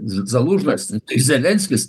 zalužnas zelenskis